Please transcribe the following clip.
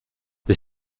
the